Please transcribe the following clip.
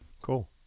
Cool